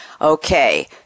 Okay